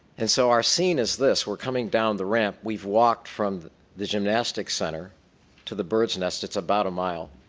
and so our scene is this. we're coming down the ramp we walked from the gymnastics center to the birds nest, it's about a mile.